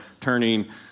turning